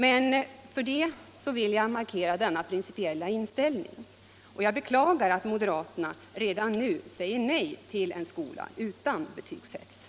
Men jag vill ändå markera denna min principiella inställning. Jag beklagar att moderaterna redan nu säger nej till en skola utan betygshets.